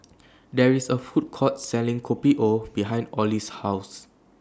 There IS A Food Court Selling Kopi O behind Olie's House